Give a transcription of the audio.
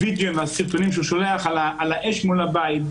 הוא שולח וידיאו וסרטונים על האש מול הבית,